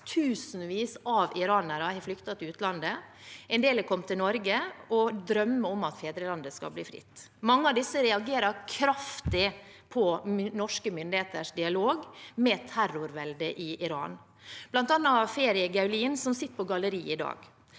Tusenvis av iranere har flyktet til utlandet. En del har kommet til Norge og drømmer om at fedrelandet skal bli fritt. Mange av disse reagerer kraftig på norske myndigheters dialog med terrorveldet i Iran, bl.a. Feri Gaulin, som sitter på galleriet i dag.